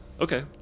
Okay